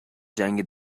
جنگ